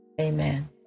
amen